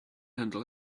handle